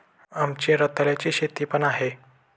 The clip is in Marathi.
आमची रताळ्याची शेती पण आहे